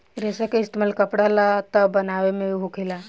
रेसा के इस्तेमाल कपड़ा लत्ता बनाये मे होखेला